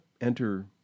enter